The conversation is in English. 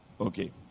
Okay